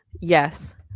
yes